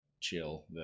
chill